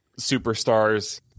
superstars